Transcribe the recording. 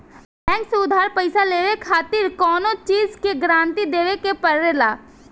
bank से उधार पईसा लेवे खातिर कवनो चीज के गारंटी देवे के पड़ेला